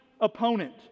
opponent